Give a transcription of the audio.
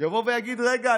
יבוא ויגיד: רגע,